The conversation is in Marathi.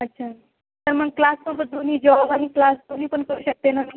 अच्छा सर मग क्लाससोबत दोन्ही जॉब आणि क्लास दोन्ही पण करू शकते ना मी